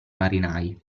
marinai